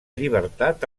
llibertat